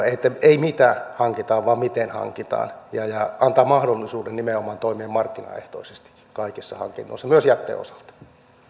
että se kertoo ei sitä mitä hankitaan vaan miten hankitaan ja ja antaa mahdollisuuden nimenomaan toimia markkinaehtoisesti kaikissa hankinnoissa myös jätteen osalta